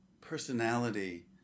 personality